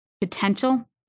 potential